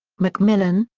macmillan,